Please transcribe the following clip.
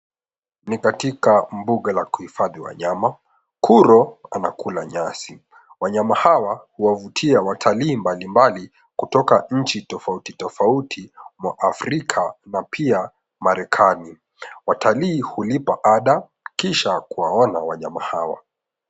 Ni katika mbuga la kuhifadhi wanyama, kuro anakula nyasi wanyama hawa huwavutia watalii mbalimbali kutoka nchi tofautitofauti mwa Afrika na pia Marekani. Watalii hulipa ada kisha kuwaona wanyama hawa.